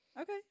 Okay